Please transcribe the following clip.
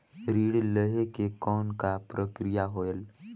ऋण लहे के कौन का प्रक्रिया होयल?